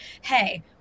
hey